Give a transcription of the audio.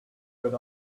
got